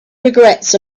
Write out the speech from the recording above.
regrets